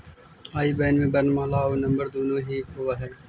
आई बैन में वर्णमाला आउ नंबर दुनो ही होवऽ हइ